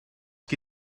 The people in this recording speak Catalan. qui